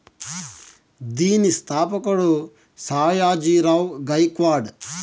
దీని స్థాపకుడు సాయాజీ రావ్ గైక్వాడ్